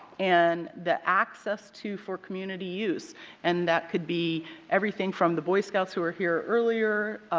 and the access to for community use and that could be everything from the boy scouts who were here earlier,